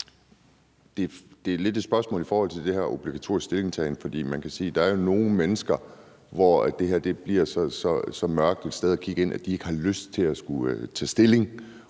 Det er lidt et spørgsmål i forhold til det her med obligatorisk stillingtagen, for man kan sige, at der jo er nogle mennesker, for hvem det her bliver så mørkt et sted at kigge ind, at de ikke har lyst til at skulle tage stilling.